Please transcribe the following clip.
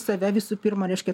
save visų pirma reiškia